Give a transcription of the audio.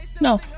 No